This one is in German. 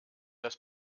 das